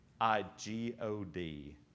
I-G-O-D